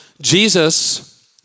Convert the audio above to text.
Jesus